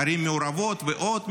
ערים מעורבות ועוד,